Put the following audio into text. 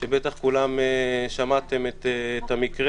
שבטח כולם שמעתם את המקרה,